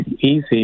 easy